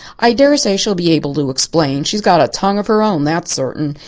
i dare say she'll be able to explain she's got a tongue of her own, that's certain.